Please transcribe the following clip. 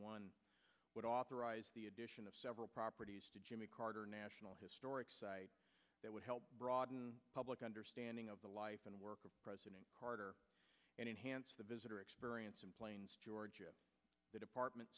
one would authorize the addition of several properties to jimmy carter national historic site that would help broaden public understanding of the life and work of president carter and enhance the visitor experience in plains georgia the department